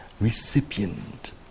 recipient